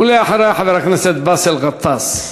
ולאחריה, חבר הכנסת באסל גטאס.